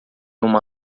uma